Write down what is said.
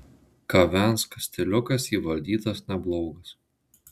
kavenskas stiliukas įvaldytas neblogas